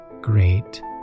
great